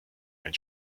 ein